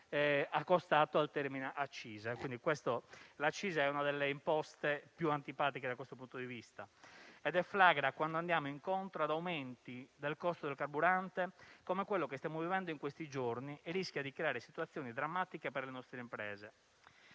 L'accisa è una delle imposte più antipatiche da questo punto di vista e deflagra quando andiamo incontro ad aumenti del costo del carburante come quello che stiamo vivendo in questi giorni e rischia di creare situazioni drammatiche per le nostre imprese.